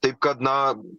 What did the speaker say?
taip kad na